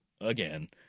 Again